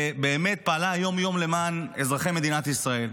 ובאמת פעלה יום-יום למען אזרחי מדינת ישראל.